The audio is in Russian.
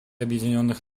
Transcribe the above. объединенных